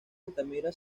altamira